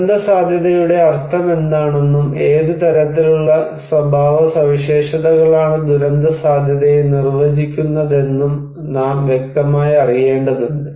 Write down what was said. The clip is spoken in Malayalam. ദുരന്തസാധ്യതയുടെ അർത്ഥമെന്താണെന്നും ഏത് തരത്തിലുള്ള സ്വഭാവസവിശേഷതകളാണ് ദുരന്തസാധ്യതയെ നിർവചിക്കുന്നതെന്നും നാം വ്യക്തമായി അറിയേണ്ടതുണ്ട്